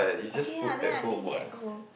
okay ah then I leave it at home